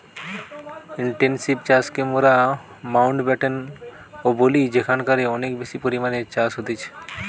intensive চাষকে মোরা মাউন্টব্যাটেন ও বলি যেখানকারে অনেক বেশি পরিমাণে চাষ হতিছে